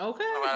Okay